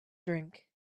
drink